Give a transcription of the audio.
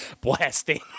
blasting